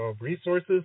resources